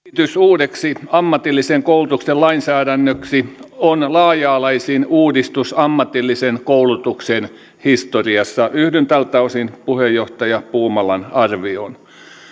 esitys uudeksi ammatillisen koulutuksen lainsäädännöksi on laaja alaisin uudistus ammatillisen koulutuksen historiassa yhdyn tältä osin puheenjohtaja puumalan arvioon